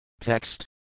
Text